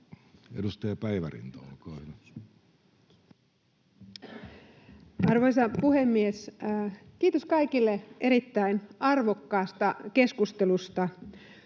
Edustaja Päivärinta, olkaa hyvä. Arvoisa puhemies! Kiitos kaikille erittäin arvokkaasta keskustelusta.